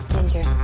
Ginger